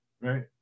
Right